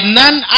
none